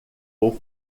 vou